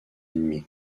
ennemi